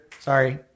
sorry